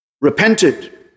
repented